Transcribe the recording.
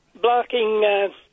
blocking